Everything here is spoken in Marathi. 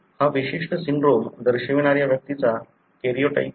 हा विशिष्ट सिंड्रोम दर्शवणाऱ्या व्यक्तीचा कॅरिओटाइप आहे